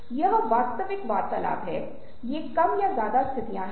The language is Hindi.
तो आप वास्तव में विभिन्न तरीकों से इससे लाभान्वित होते हैं